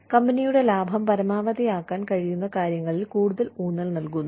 കമ്പനിയുടെ ലാഭം പരമാവധിയാക്കാൻ കഴിയുന്ന കാര്യങ്ങളിൽ കൂടുതൽ ഊന്നൽ നൽകുന്നു